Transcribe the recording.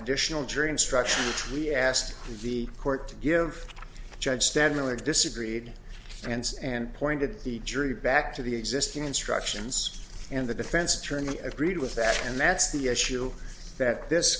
additional jury instruction we asked the court to give judge stan miller disagreed friends and pointed the jury back to the existing instructions and the defense attorney agreed with that and that's the issue that this